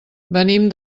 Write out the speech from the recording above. venim